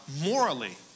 Morally